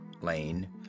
Lane